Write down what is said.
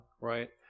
right